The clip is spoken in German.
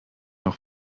auch